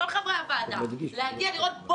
את כל חברי הוועדה, להגיע לראות.